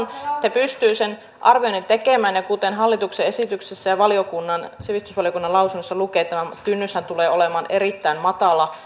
he pystyvät sen arvioinnin tekemään ja kuten hallituksen esityksessä ja sivistysvaliokunnan lausunnossa lukee tämä kynnyshän tulee olemaan erittäin matala